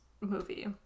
movie